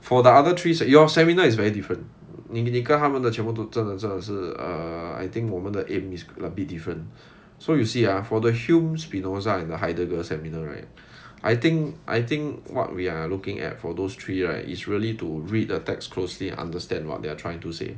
for the other three your seminar is very different 你你跟他们的全部真的真的是 err I think 我们的 aim is a bit different so you see ah for the hume spinoza and the heidegger seminar right I think I think what we are looking at for those three right is really to read the text closely understand what they're trying to say